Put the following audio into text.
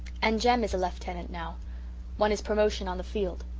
and jem is a lieutenant now won his promotion on the field.